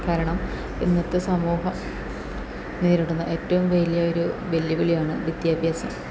കാരണം ഇന്നത്തെ സമൂഹം നേരിടുന്ന ഏറ്റവും വലിയ ഒരു വെല്ലുവിളിയാണ് വിദ്യാഭ്യാസം